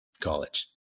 college